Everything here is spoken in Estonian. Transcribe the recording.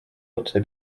otse